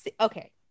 okay